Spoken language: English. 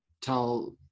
tell